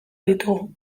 ditugu